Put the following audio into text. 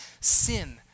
sin